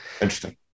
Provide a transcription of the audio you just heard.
Interesting